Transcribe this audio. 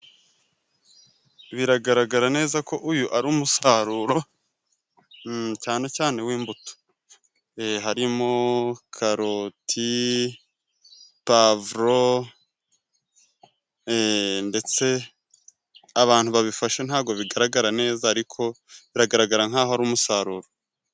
Biragaragara neza ko uyu ari umusaruro cyane cyane w'imbuto. Hari mo karoti, pavuro, ndetse abantu babifashe ntago bigaragara neza, ariko biragaragara nkaho ari umusaruro.